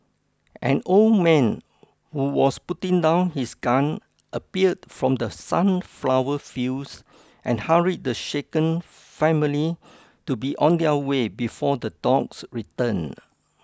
an old man who was putting down his gun appeared from the sunflower fields and hurried the shaken family to be on their way before the dogs return